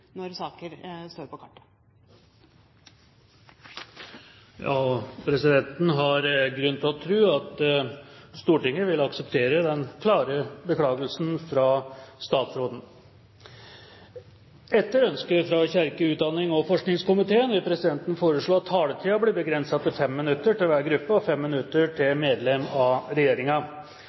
når saker står på kartet. Presidenten har grunn til å tro at Stortinget vil akseptere den klare beklagelsen fra statsråden. Etter ønske fra kirke-, utdannings- og forskningskomiteen vil presidenten foreslå at taletiden blir begrenset til 5 minutter til hver gruppe og 5 minutter til medlem av